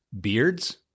beards